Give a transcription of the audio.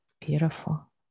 beautiful